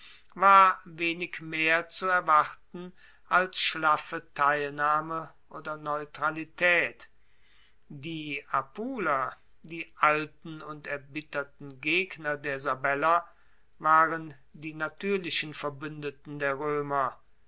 war wenig mehr zu erwarten als schlaffe teilnahme oder neutralitaet die apuler die alten und erbitterten gegner der sabeller waren die natuerlichen verbuendeten der roemer